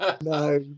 No